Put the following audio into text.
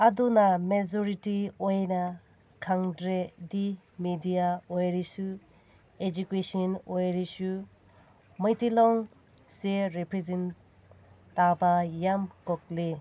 ꯑꯗꯨꯅ ꯃꯦꯖꯣꯔꯤꯇꯤ ꯑꯣꯏꯅ ꯈꯪꯗ꯭ꯔꯗꯤ ꯃꯦꯗꯤꯌꯥ ꯑꯣꯏꯔꯁꯨ ꯏꯗꯨꯀꯦꯁꯟ ꯑꯣꯏꯔꯁꯨ ꯃꯩꯇꯩ ꯂꯣꯟꯁꯦ ꯔꯤꯄ꯭ꯔꯖꯦꯟ ꯇꯧꯕ ꯌꯥꯝ ꯀꯣꯛꯂꯤ